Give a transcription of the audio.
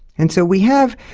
and so we have,